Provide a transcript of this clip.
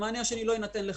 המענה השני לא יינתן לך.